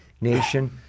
nation